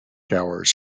hours